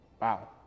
wow